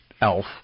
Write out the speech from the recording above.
Elf